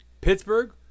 Pittsburgh